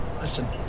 listen